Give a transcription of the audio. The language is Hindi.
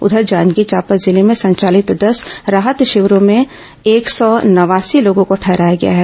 इधर जांजगीर चांपा जिले में संचालित दस राहत शिविरों में एक सौ नवासी लोगों को ठहराया गया है